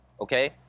okay